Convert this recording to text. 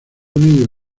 unidos